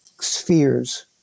spheres